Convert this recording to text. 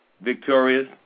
Victorious